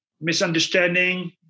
misunderstanding